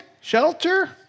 shelter